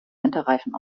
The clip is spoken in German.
winterreifen